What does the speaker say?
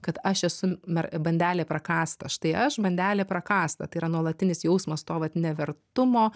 kad aš esu mer bandelė prakąsta štai aš bandelė prakąsta tai yra nuolatinis jausmas to vat nevertumo